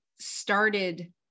started